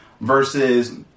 versus